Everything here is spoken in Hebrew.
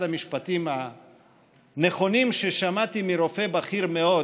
המשפטים הנכונים ששמעתי מרופא בכיר מאוד